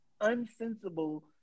unsensible